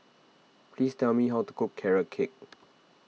please tell me how to cook Carrot Cake